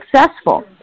successful